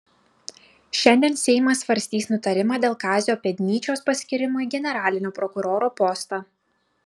šiandien seimas svarstys nutarimą dėl kazio pėdnyčios paskyrimo į generalinio prokuroro postą